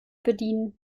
bedienen